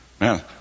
Man